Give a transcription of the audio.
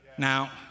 Now